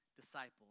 disciples